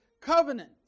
Covenant